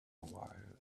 while